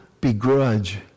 begrudge